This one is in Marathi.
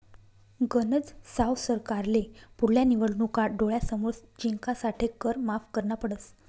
गनज साव सरकारले पुढल्या निवडणूका डोळ्यासमोर जिंकासाठे कर माफ करना पडस